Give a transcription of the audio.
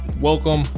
Welcome